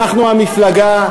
המפלגה,